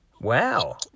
Wow